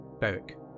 Beric